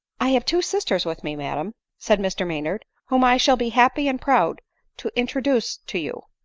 i have two sisters with me, madam, said mr may nard, whom i shall be happy and proud to introduce to you.